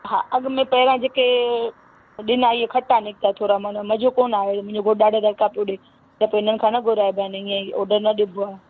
हा अॻु में पहिरां जेके ॾिना ई खटा निकिता थोरा माना मज़ो कोन आहियो मुंहिंजो घोटु ॾाढा दड़िका पियो ॾे के इन्हनि खां न घुराइॿा इएं ई उॾंदा ॾींदो आहे